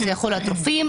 זה יכול להיות רופאים,